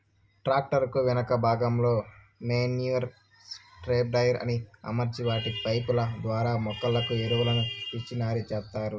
tractor కు వెనుక భాగంలో మేన్యుర్ స్ప్రెడర్ ని అమర్చి వాటి పైపు ల ద్వారా మొక్కలకు ఎరువులను పిచికారి చేత్తారు